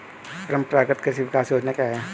परंपरागत कृषि विकास योजना क्या है?